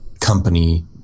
company